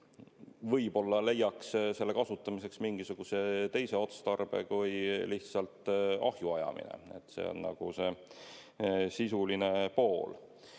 võib-olla leiaks selle kasutamiseks mingisuguse teise otstarbe kui lihtsalt ahju ajamine. See on see sisuline pool. Mis